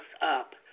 up